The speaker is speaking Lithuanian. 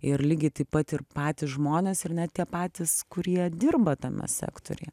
ir lygiai taip pat ir patys žmonės ir ne tie patys kurie dirba tame sektoriuje